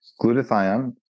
Glutathione